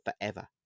forever